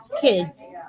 kids